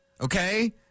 Okay